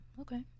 Okay